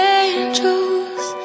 angels